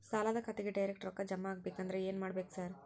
ಸಾಲದ ಖಾತೆಗೆ ಡೈರೆಕ್ಟ್ ರೊಕ್ಕಾ ಜಮಾ ಆಗ್ಬೇಕಂದ್ರ ಏನ್ ಮಾಡ್ಬೇಕ್ ಸಾರ್?